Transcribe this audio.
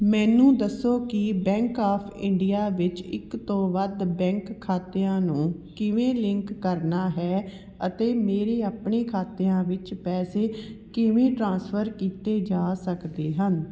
ਮੈਨੂੰ ਦੱਸੋ ਕਿ ਬੈਂਕ ਆਫ ਇੰਡੀਆ ਵਿੱਚ ਇੱਕ ਤੋਂ ਵੱਧ ਬੈਂਕ ਖਾਤਿਆਂ ਨੂੰ ਕਿਵੇਂ ਲਿੰਕ ਕਰਨਾ ਹੈ ਅਤੇ ਮੇਰੇ ਆਪਣੇ ਖਾਤਿਆਂ ਵਿੱਚ ਪੈਸੇ ਕਿਵੇਂ ਟ੍ਰਾਂਸਫਰ ਕੀਤੇ ਜਾ ਸਕਦੇ ਹਨ